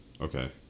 Okay